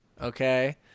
okay